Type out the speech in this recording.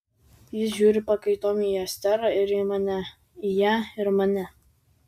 jis žiūri pakaitom į esterą ir į mane į ją ir mane